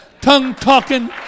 tongue-talking